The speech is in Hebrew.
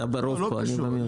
אתה ברוב פה ואני במיעוט.